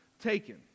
taken